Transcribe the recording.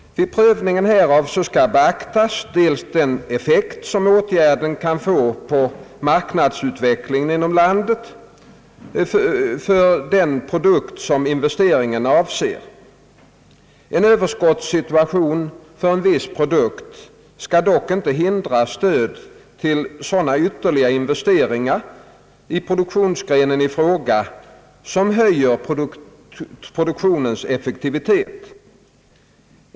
Vid prövningen härav skall beaktas bl.a. de effekter som åtgärden kan få på marknadsutvecklingen inom landet för den produkt som investeringen avser. En överskottssituation för en viss produkt skall dock inte hindra stöd till sådana ytterligare investeringar i produktionsgrenen i fråga som höjer produktio nens effektivitet.